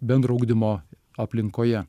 bendro ugdymo aplinkoje